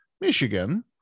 Michigan